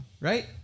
Right